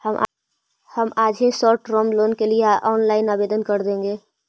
हम आज ही शॉर्ट टर्म लोन के लिए ऑनलाइन आवेदन कर देंगे